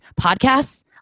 Podcasts